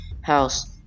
house